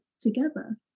together